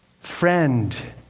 friend